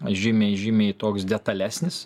žymiai žymiai toks detalesnis